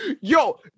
Yo